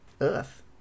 earth